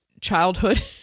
childhood